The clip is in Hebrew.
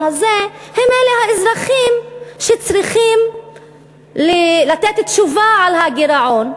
הזה הם האזרחים שצריכים לתת תשובה על הגירעון,